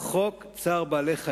תיקון לחוק צער בעלי-חיים,